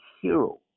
hero